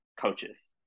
coaches